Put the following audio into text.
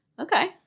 Okay